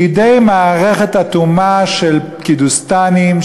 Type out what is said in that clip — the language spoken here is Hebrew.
לידי מערכת אטומה של פקידוסטנים,